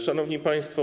Szanowni Państwo!